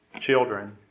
children